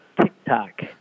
TikTok